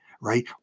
right